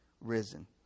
risen